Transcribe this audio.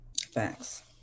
Thanks